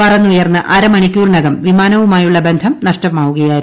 പറന്നുയർന്ന് അരമണിക്കൂറിനകം വിമാനവുമായുള്ള ബന്ധം നഷ്ടമാവുകയായിരുന്നു